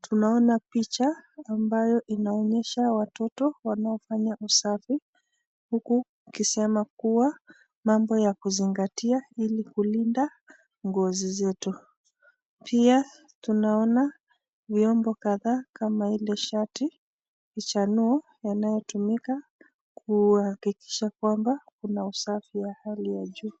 tunaona picha ambayo inaonyesha watoto wanaofanya usafi ,huku ikisema kuwa mambo ya kuzingatia ili kulinda ngozi zetu ,pia tunaona viombo kadhaa kama hili shati ,kichanuo yanayotumika kuhakikisha kwamba kuna usafi wa hali ya juu.